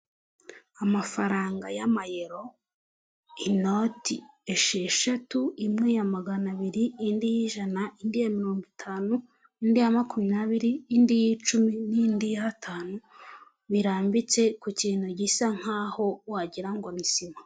Amafaranga y'Amayero, inoti esheshatu, imwe ya magana abiri, indi y'ijana, indi ya mirongo itanu, indi ya makumyabiri, indi y'icumi n'indi y'atanu, birambitse ku kintu gisa nk'aho wagira ngo ni sima.